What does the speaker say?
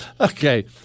Okay